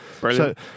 brilliant